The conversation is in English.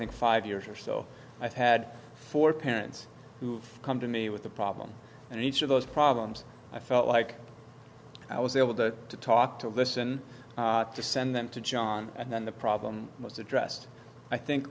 think five years or so i've had four parents who've come to me with the problem and each of those problems i felt like i was able to to talk to listen to send them to john and then the problem most addressed i think